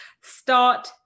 Start